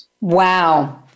Wow